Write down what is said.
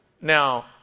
Now